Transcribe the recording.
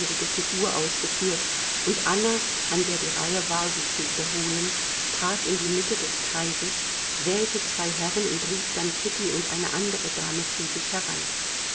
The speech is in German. figur ausgeführt und anna an der die reihe war sie zu wiederholen trat in die mitte des kreises wählte zwei herren und rief dann kitty und eine andere dame zu sich heran